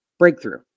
breakthrough